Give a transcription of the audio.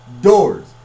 doors